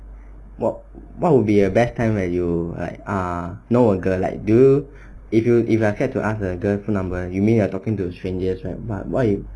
what what will be a best time when you like err know a girl like do you if you if I had to ask the girls phone number you mean you are talking to a strangers right what if